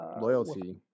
loyalty